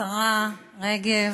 השרה הרגב,